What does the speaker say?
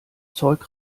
zeug